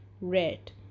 Red